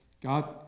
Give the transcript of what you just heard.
God